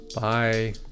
Bye